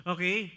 Okay